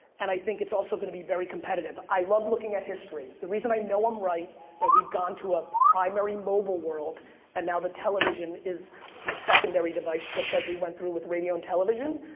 and i think it's also going to be very competitive. i love looking at history. the reason i know i'm right, that we've gone to a primary mobile world and now the television is the secondary device just like we went through with radio and television.